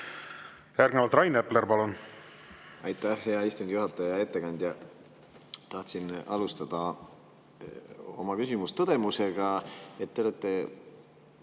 Järgnevalt Rain Epler, palun! Aitäh, hea istungi juhataja! Hea ettekandja! Tahtsin alustada oma küsimust tõdemusega, et te olete